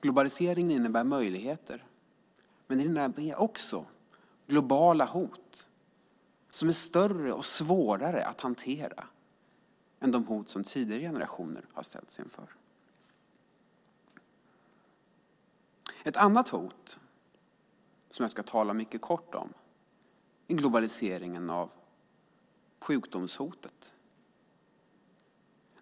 Globalisering innebär möjligheter, men den innebär också globala hot som är större och svårare att hantera än de hot som tidigare generationer har ställts inför. Ett annat hot som jag ska tala mycket kort om är globaliseringen av sjukdomshotet.